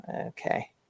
okay